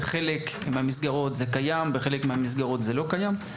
בחלק מהמסגרות זה קיים ובחלק מהמסגרות זה לא קיים.